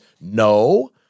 No